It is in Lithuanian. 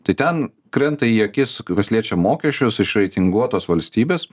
tai ten krenta į akis kas liečia mokesčius išreitinguotos valstybės